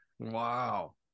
wow